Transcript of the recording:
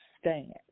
stand